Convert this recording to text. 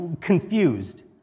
confused